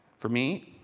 for me,